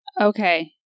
Okay